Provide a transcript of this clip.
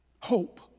Hope